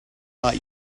not